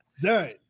done